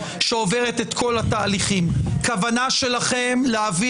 שעוברת את כל התהליכים; הכוונה שלכם להביא